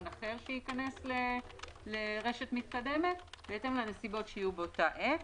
אחר שייכנס לרשת מתקדמת בהתאם לנסיבות שיהיו באותה עת.